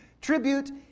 Tribute